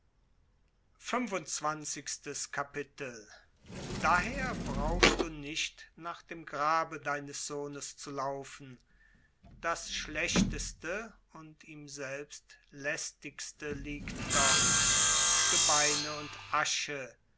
daher brauchst du nicht nach dem grabe deines sohnes zu laufen das schlechteste und ihm selbst lästigste liegt dort gebeine und asche